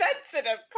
sensitive